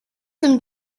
some